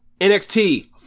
NXT